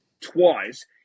twice